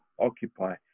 occupy